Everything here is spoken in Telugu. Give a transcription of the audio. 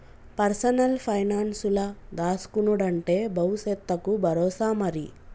పర్సనల్ పైనాన్సుల దాస్కునుడంటే బవుసెత్తకు బరోసా మరి